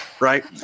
right